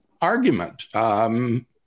argument